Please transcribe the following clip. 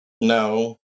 No